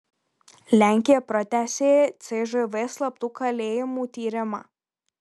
lenkija pratęsė cžv slaptų kalėjimų tyrimą